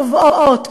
תובעות,